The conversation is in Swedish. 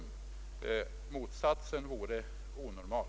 Motsatsen vore onormal.